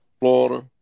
Florida